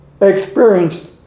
experienced